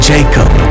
Jacob